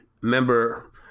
remember